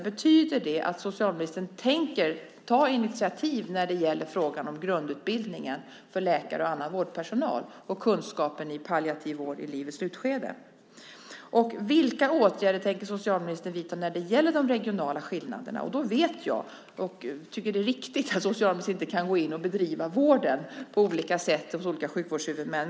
Betyder det att socialministern tänker ta initiativ i fråga om grundutbildning för läkare och annan vårdpersonal i kunskap om palliativ vård? Vilka åtgärder tänker socialministern vidta när det gäller de regionala skillnaderna? Jag vet, och tycker att det är riktigt, att socialministern inte kan gå in och bedriva vården på olika sätt hos olika sjukvårdshuvudmän.